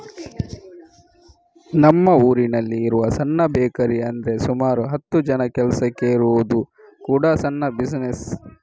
ನಮ್ಮ ಊರಿನಲ್ಲಿ ಇರುವ ಸಣ್ಣ ಬೇಕರಿ ಅಂದ್ರೆ ಸುಮಾರು ಹತ್ತು ಜನ ಕೆಲಸಕ್ಕೆ ಇರುವುದು ಕೂಡಾ ಸಣ್ಣ ಬಿಸಿನೆಸ್